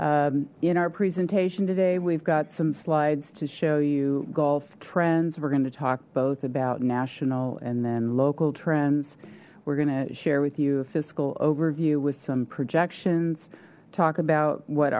golfers in our presentation today we've got some slides to show you golf trends we're going to talk both about national and then local trends we're going to share with you a fiscal overview with some projections talk about what